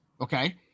Okay